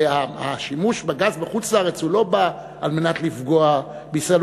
השימוש בגז בחוץ-לארץ לא בא על מנת לפגוע בישראל,